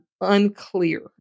unclear